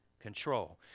control